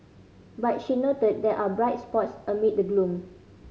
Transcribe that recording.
but she noted there are bright spots amid the gloom